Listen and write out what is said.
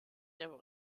der